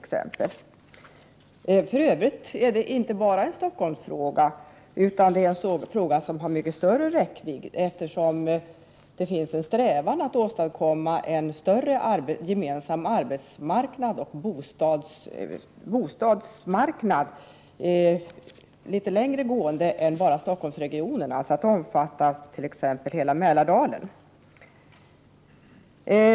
Detta är för övrigt en fråga inte bara för Stockholmsregionen. Den har mycket större räckvidd. Det finns en strävan att åstadkomma en större gemensam arbetsmarknad och bostadsmarknad, omfattande inte bara Stockholmsregionen utan t.ex. hela Mälardalen.